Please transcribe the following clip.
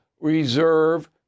reserve